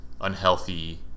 unhealthy